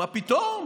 מה פתאום?